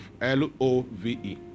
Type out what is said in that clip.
L-O-V-E